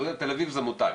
תל אביב זה מותג.